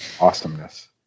awesomeness